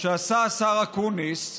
שעשה השר אקוניס,